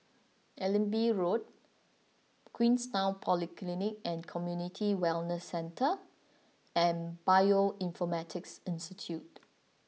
Allenby Road Queenstown Polyclinic and Community Wellness Centre and Bioinformatics Institute